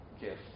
gift